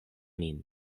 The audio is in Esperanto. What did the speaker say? min